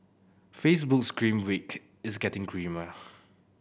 Facebook's grim week is getting grimmer